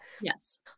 Yes